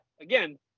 again